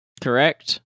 Correct